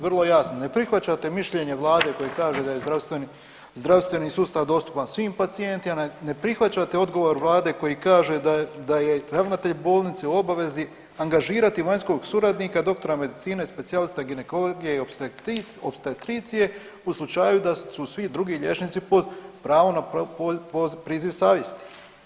Vrlo jasno ne prihvaćate mišljenje vlade koje kaže da je zdravstveni, zdravstveni sustav dostupan svim pacijentima, ne prihvaćate odgovor vlade koji kaže da je ravnatelj bolnice u obavezi angažirati vanjskog suradnika doktora medicine specijalista ginekologije i opstetricije u slučaju da su svi drugi liječnici pod pravom na priziv savjesti.